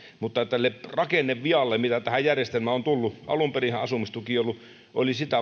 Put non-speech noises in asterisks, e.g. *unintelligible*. mutta tälle rakennevialle mikä tähän järjestelmään on tullut alun perinhän asumistuki oli sitä *unintelligible*